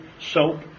soap